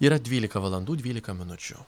yra dvylika valandų dvylika minučių